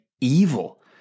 evil